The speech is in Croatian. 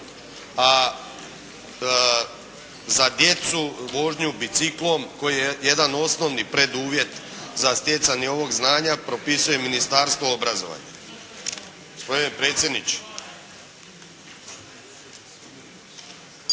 a za djecu vožnju biciklom koji je jedan osnovni preduvjet za stjecanje ovog znanja propisuje Ministarstvo obrazovanja. Gospodine predsjedniče!